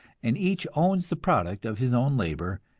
and each owns the product of his own labor,